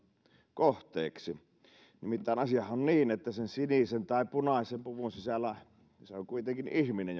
kohteeksi nimittäin asiahan on niin että sen sinisen tai punaisen puvun sisällä on kuitenkin ihminen